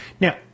Now